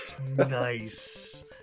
Nice